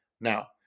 Now